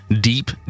Deep